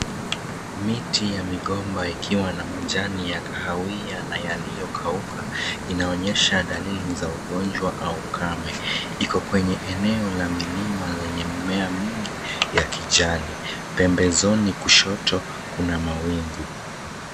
Miti ya migomba ikiwa na majani ya kahawia na yaliyokauka inaonyesha dalili za ugonjwa au kame. Iko kwenye eneo la milima lenye mimea mingi ya kijani. Pembezoni kushoto kuna mawingu.